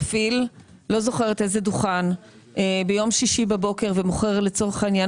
מפעיל לא זוכרת איזה דוכן ביום שישי בבוקר ומוכר לצורך העניין